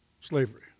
slavery